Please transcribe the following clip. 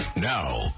Now